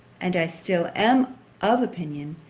and i still am of opinion,